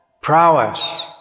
prowess